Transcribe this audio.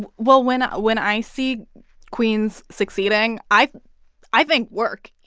well, when when i see queens succeeding, i i think, work,